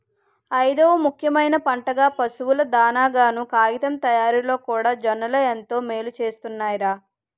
ఐదవ ముఖ్యమైన పంటగా, పశువుల దానాగాను, కాగితం తయారిలోకూడా జొన్నలే ఎంతో మేలుసేస్తున్నాయ్ రా